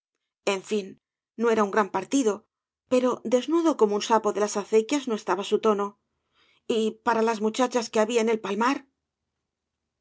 en fin no era un gran partido pero desnudo como un sapo de las acequias no estaba su tono y para las muchachas que había en el palmar